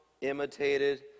imitated